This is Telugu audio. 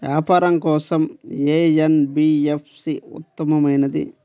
వ్యాపారం కోసం ఏ ఎన్.బీ.ఎఫ్.సి ఉత్తమమైనది?